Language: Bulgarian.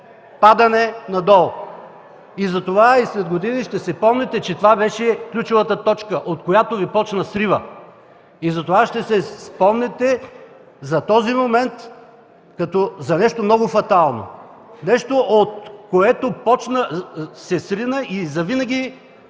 падане надолу. Затова и след години ще помните, че това беше ключовата точка, от която Ви започна сривът! Затова ще си спомняте за този момент като за нещо много фатално – нещо, което започна, срина се и завинаги